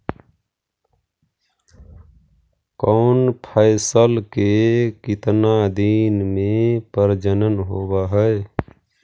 कौन फैसल के कितना दिन मे परजनन होब हय?